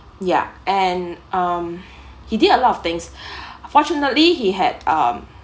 yeah and um he did a lot of things fortunately he had um